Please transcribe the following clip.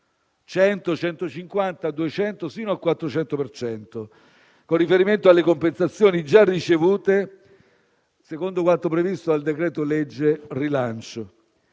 (100, 150, 200, fino a 400 per cento), con riferimento alle compensazioni già ricevute secondo quanto previsto dal decreto-legge rilancio.